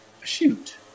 shoot